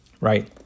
Right